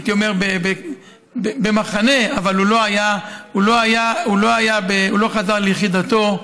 הייתי אומר, במחנה, אבל הוא לא חזר ליחידתו.